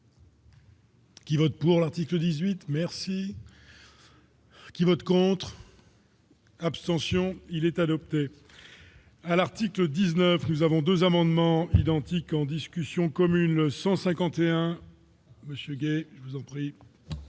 Qui vote pour l'article 18 merci. Qui vote contre. Abstention : il est adopté à l'article 19 nous avons 2 amendements identiques en discussion commune 151 Monsieur Guey, je vous en prie.